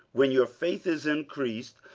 when your faith is increased,